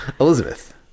Elizabeth